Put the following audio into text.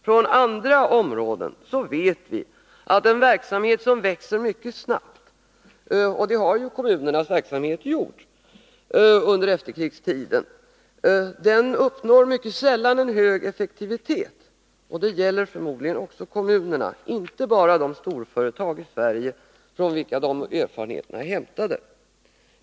Från andra områden vet vi att en verksamhet som växer mycket snabbt — det har ju kommunernas verksamhet gjort under efterkrigstiden — mycket sällan uppnår en hög effektivitet. Det gäller förmodligen även kommunerna, inte bara de storföretag i Sverige från vilka de erfarenheterna är hämtade.